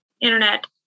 internet